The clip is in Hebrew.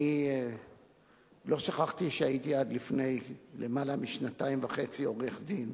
אני לא שכחתי שהייתי עד לפני למעלה משנתיים וחצי עורך-דין.